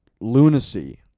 Lunacy